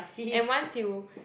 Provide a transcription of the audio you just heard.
and once you